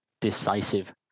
decisive